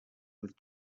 with